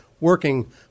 working